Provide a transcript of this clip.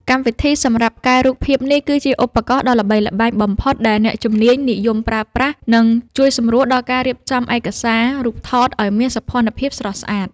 កម្មវិធីសម្រាប់កែរូបភាពនេះគឺជាឧបករណ៍ដ៏ល្បីល្បាញបំផុតដែលអ្នកជំនាញនិយមប្រើប្រាស់ និង ជួយសម្រួលដល់ការរៀបចំឯកសាររូបថតឱ្យមានសោភ័ណភាពស្រស់ស្អាត។